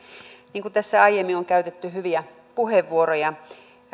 niin kuin tässä on aiemmin käytetty hyviä puheenvuoroja